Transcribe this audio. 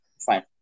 fine